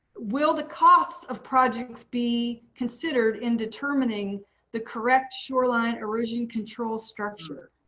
will the cost of projects be considered in determining the correct shoreline erosion control structure.